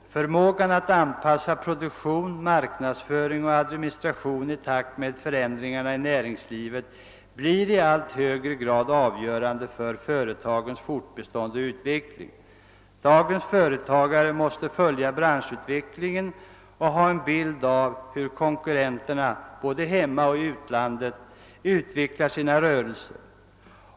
Förmågan att anpassa produktion, marknadsföring och administration i takt med förändringarna i näringslivet blir i allt högre grad avgörande för företagens fortbestånd och utveckling. Dagens företagare måste följa branschutvecklingen och ha en bild av hur konkurrenterna både hemma och i utlandet utvecklar sina rörelser.